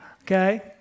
Okay